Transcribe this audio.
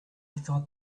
thought